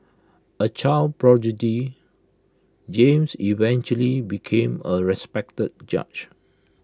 A child prodigy James eventually became A respected judge